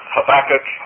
Habakkuk